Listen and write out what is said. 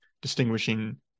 distinguishing